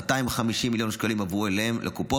250 מיליון שקלים הועברו לקופות.